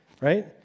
right